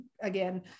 again